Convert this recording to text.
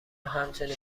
همچنین